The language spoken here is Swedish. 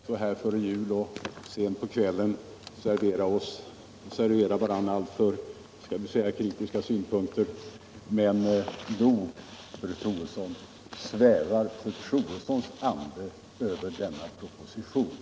Herr talman! Vi skall väl inte så här före jul och sent på kvällen servera varandra alltför kritiska synpunkter. Men nog svävar fru Troedssons ande över denna proposition.